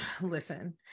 listen